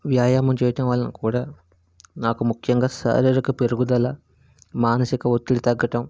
వ్యాయామం చేయటం వలన కూడా నాకు ముఖ్యంగా శారీరక పెరుగుదల మానసిక ఒత్తిడి తగ్గటం